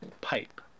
pipe